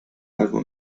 albo